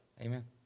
Amen